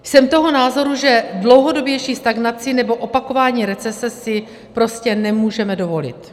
Jsem toho názoru, že dlouhodobější stagnaci nebo opakování recese si prostě nemůžeme dovolit.